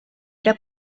era